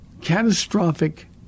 catastrophic